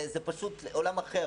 זה פשוט עולם אחר,